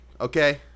Okay